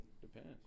depends